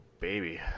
baby